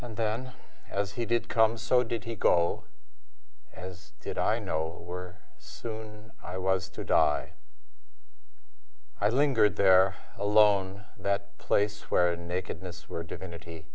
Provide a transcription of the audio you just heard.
and then as he did come so did he go as did i no were soon i was to die i lingered there alone that place where nakedness were divinity